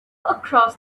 across